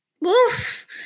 woof